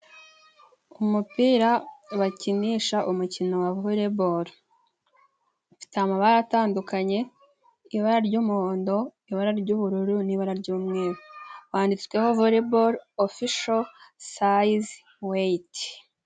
Umupira bakinisha umukino wa voreboro. Ufite amabara atandukanye, ibara ry'umuhondo, ibara ry'ubururu, n'ibara ry'umweru. Wanditsweho voreboro ofisho, sayizi weyiti.